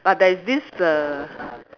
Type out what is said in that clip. but there is this err